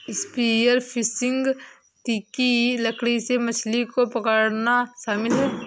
spear fishing तीखी लकड़ी से मछली को पकड़ना शामिल है